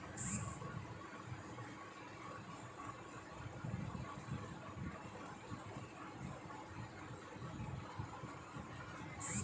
ఇచ్చిన సమయంలో ఋణం కట్టలేకపోతే ఏమైనా ఛార్జీలు వడ్డీలు ఏమైనా ఉంటయా?